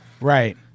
right